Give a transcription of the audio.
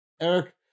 Eric